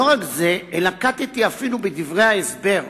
לא רק זה, אלא נקטתי אפילו, בדברי ההסבר,